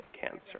cancer